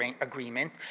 agreement